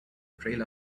trail